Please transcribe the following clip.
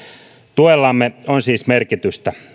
tuellamme on siis merkitystä